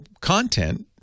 content